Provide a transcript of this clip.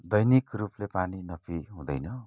दैनिक रूपले पानी नपिई हुँदैन